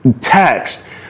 text